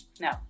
No